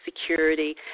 security